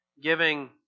giving